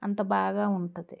అంత బాగా ఉంటుంది